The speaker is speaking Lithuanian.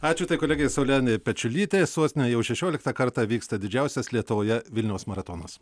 ačiū tai kolegė saulenė pečiulytė sostinėje jau šešioliktą kartą vyksta didžiausias lietuvoje vilniaus maratonas